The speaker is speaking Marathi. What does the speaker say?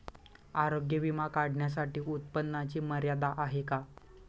आरोग्य विमा काढण्यासाठी उत्पन्नाची मर्यादा आहे का?